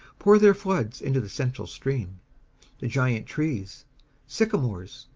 pour their floods into the central stream the giant trees sycamores,